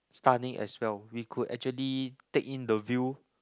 stunning as well we could actually take in the view